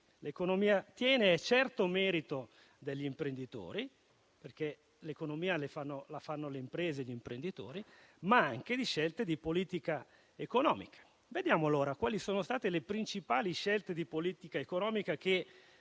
Questo è di certo merito degli imprenditori, perché l'economia la fanno le imprese e gli imprenditori, ma anche di scelte di politica economica. Vediamo allora quali sono state le principali scelte di politica economica che